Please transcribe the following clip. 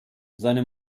seine